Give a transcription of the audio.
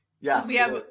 Yes